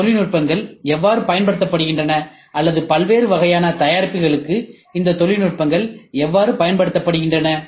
இந்த தொழில்நுட்பங்கள் எவ்வாறு பயன்படுத்தப்படுகின்றன அல்லது பல்வேறு வகையான தயாரிப்புகளுக்கு இந்த தொழில்நுட்பங்கள் எவ்வாறு பயன்படுத்தப்படுகின்றன